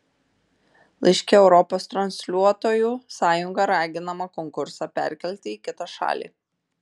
laiške europos transliuotojų sąjunga raginama konkursą perkelti į kitą šalį